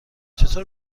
چطور